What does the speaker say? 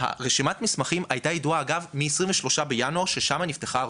רשימת המסמכים הייתה ידועה מ-23 בינואר שאז נפתחה ההרשמה.